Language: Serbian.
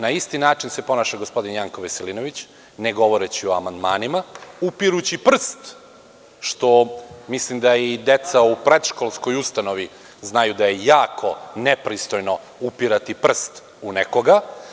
Na isti način se ponaša gospodin Janko Veselinović, ne govoreći o amandmanima, upirući prst što mislim da i deca u predškolskoj ustanovi znaju da je jako nepristojno upirati prst u nekoga.